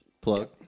plug